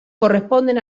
corresponden